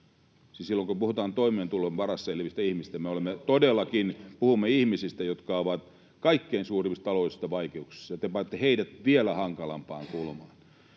Silloin kun puhutaan toimeentulon varassa elävistä ihmistä, me todellakin puhumme ihmisistä, jotka ovat kaikkein suurimmissa taloudellisissa vaikeuksissa. Te panette heidät vielä hankalampaan kulmaan.